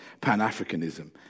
Pan-Africanism